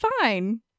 fine